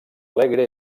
alegre